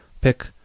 pick